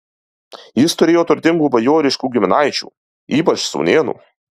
jis turėjo turtingų bajoriškų giminaičių ypač sūnėnų